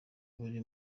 buri